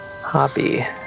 hobby